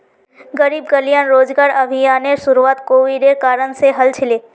गरीब कल्याण रोजगार अभियानेर शुरुआत कोविडेर कारण से हल छिले